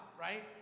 right